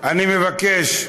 אני מבקש,